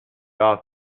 off